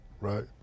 right